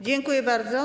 Dziękuję bardzo.